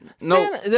No